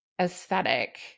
aesthetic